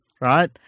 right